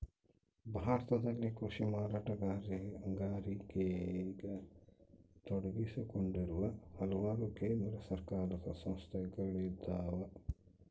ಭಾರತದಲ್ಲಿ ಕೃಷಿ ಮಾರಾಟಗಾರಿಕೆಗ ತೊಡಗಿಸಿಕೊಂಡಿರುವ ಹಲವಾರು ಕೇಂದ್ರ ಸರ್ಕಾರದ ಸಂಸ್ಥೆಗಳಿದ್ದಾವ